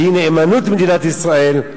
שהיא נאמנות למדינת ישראל,